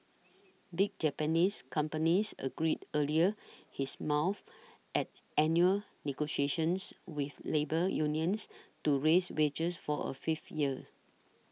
big Japanese companies agreed earlier his mouth at annual negotiations with labour unions to raise wages for a fifth year